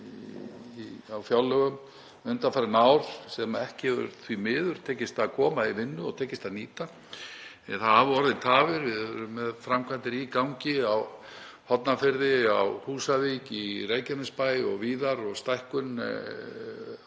fjármagn á fjárlög undanfarin ár sem ekki hefur, því miður, tekist að koma í vinnu og tekist að nýta, það hafa orðið tafir. Við erum með framkvæmdir í gangi á Hornafirði, á Húsavík, í Reykjanesbæ og víðar um stækkun